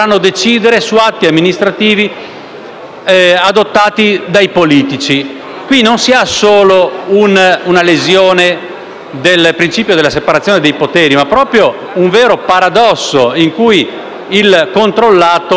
adottati dai politici. Qui si ha non solo una lesione del principio della separazione dei poteri, ma anche un vero e proprio paradosso, in cui il controllato nomina il controllore.